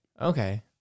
Okay